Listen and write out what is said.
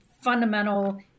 fundamental